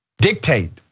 dictate